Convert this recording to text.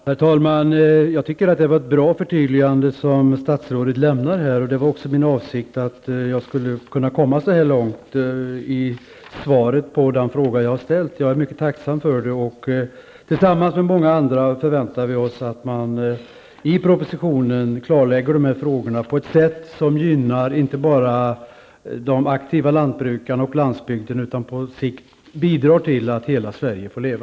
Herr talman! Jag tycker att det var ett bra förtydligande som statsrådet gjorde. Min förhoppning var också att jag skulle kunna få ett svar som gick så långt. Jag är mycket tacksam för detta. Jag förväntar mig tillsammans med många andra att man i propositionen skall klarlägga dessa frågor på ett sätt som inte bara gynnar de aktiva lantbrukarna och landsbygden utan också på sikt bidrar till att hela Sverige får leva.